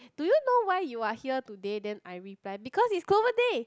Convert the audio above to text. do you know why you are here today then I reply because it's clover day